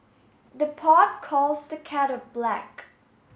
the pot calls the kettle black